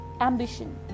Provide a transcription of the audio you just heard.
ambition